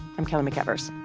i'm kelly mcevers.